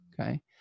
okay